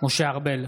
משה ארבל,